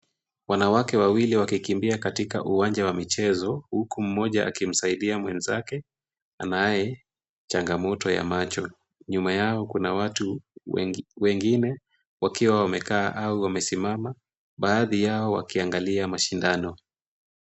Wanawake wawili wakikimbia katika uwanja wa michezo huku mmoja akimsaidia mwenzake anaye changamoto ya macho. Nyuma yao kuna watu wengine wakiwa wamekaa au wamesimama baadhi yao wakiangalia mashindano.